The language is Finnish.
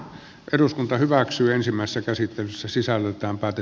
eduskunta hyväksyy ensimmäistä käsittelyssä sisällöltään pääty